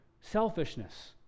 selfishness